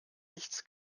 nichts